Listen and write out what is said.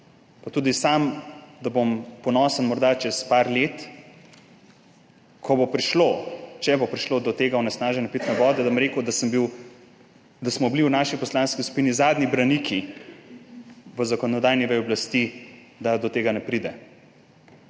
pa tudi sam, da bom ponosen morda čez nekaj let, ko bo prišlo, če bo prišlo, do tega onesnaženja pitne vode, da bom rekel, da smo bili v naši poslanski skupini zadnji braniki v zakonodajni veji oblasti, da do tega ne pride.